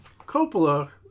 Coppola